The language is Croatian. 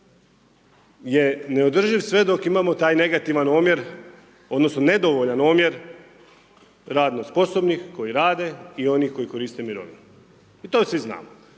je neodrživ sve dok imamo taj negativan omjer, odnosno nedovoljan omjer radno sposobnih koji rade i onih koji koriste mirovinu i to svi znamo.